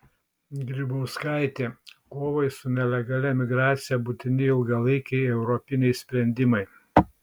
grybauskaitė kovai su nelegalia migracija būtini ilgalaikiai europiniai sprendimai